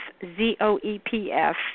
Z-O-E-P-F